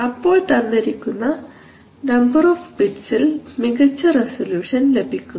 അപ്പോൾ തന്നിരിക്കുന്ന number of ബിറ്റ്സിൽ മികച്ച റസല്യൂഷൻ ലഭിക്കുന്നു